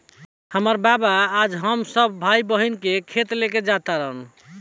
हामार बाबा आज हम सब भाई बहिन के खेत लेके जा तारन